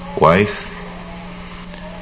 wife